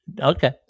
Okay